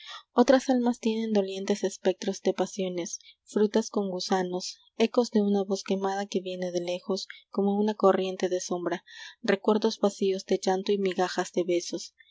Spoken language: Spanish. otras almas tienen dolientes espectros de pasiones frutas con gusanos ecos de una voz quemada que viene de lejos como una corriente de sombra recuerdos vacíos de llanto y migajas de besos